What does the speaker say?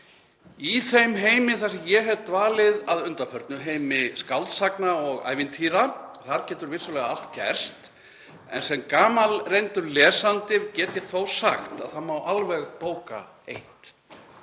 Í þeim heimi þar sem ég hef dvalið að undanförnu, heimi skáldsagna og ævintýra, getur vissulega allt gerst en sem gamalreyndur lesandi get ég þó sagt að það má alveg bóka eitt: